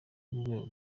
w’urwego